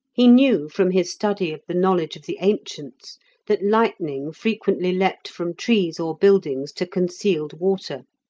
he knew from his study of the knowledge of the ancients that lightning frequently leaped from trees or buildings to concealed water,